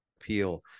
appeal